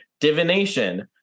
divination